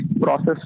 process